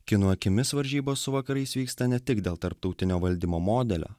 kinų akimis varžybos su vakarais vyksta ne tik dėl tarptautinio valdymo modelio